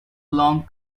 long